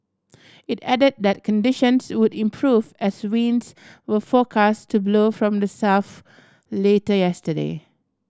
it added that conditions would improve as winds were forecast to blow from the south later yesterday